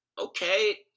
okay